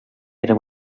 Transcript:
era